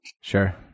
Sure